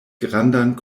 grandan